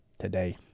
today